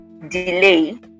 delay